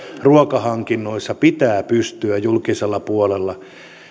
ruokahankinnoissa pitää pystyä julkisella puolella